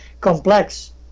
complex